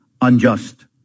unjust